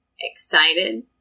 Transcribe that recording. excited